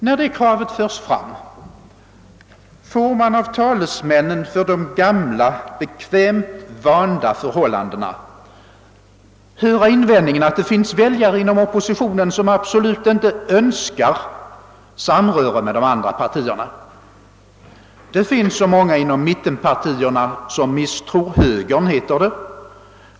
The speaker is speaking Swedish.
När det kravet förs fram, får man av talesmännen för de gamla, bekvämt vanda förhållandena höra invändningen, att det finns väljare inom oppositionen som absolut inte önskar samröre med de andra partierna. Det finns många inom mittenpartierna som misstror högern, heter det.